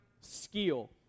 skill